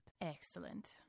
Excellent